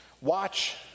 Watch